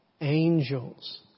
angels